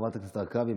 חברת הכנסת הרכבי,